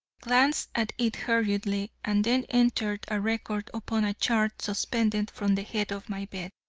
glanced at it hurriedly and then entered a record upon a chart suspended from the head of my bed.